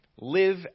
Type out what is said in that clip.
Live